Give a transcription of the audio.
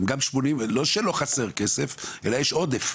לא שלא חסר כסף, אלא יש עודף.